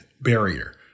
barrier